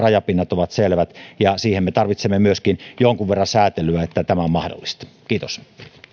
jossa rajapinnat ovat selvät ja siihen me tarvitsemme myöskin jonkun verran säätelyä että tämä on mahdollista kiitos